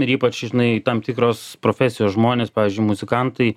ir ypač čia žinai tam tikros profesijos žmonės pavyzdžiui muzikantai